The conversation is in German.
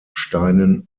steinen